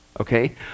okay